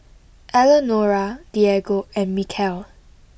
Elenora Diego and Mykel